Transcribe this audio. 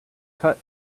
cut